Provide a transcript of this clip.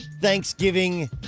Thanksgiving